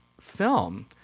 film